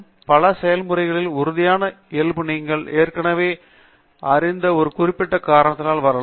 பல செயல்முறைகளில் உறுதியான இயல்பு நீங்கள் ஏற்கனவே அறிந்த ஒரு குறிப்பிட்ட காரணத்தால் வரலாம்